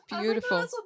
beautiful